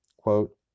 quote